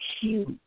huge